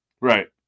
Right